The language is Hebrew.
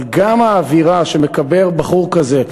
אבל גם האווירה שמקבל בחור כזה,